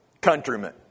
countrymen